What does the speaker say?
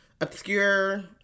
obscure